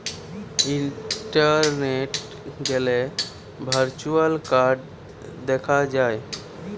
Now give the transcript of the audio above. ইন্টারনেটে গ্যালে virtual card দেখা যায়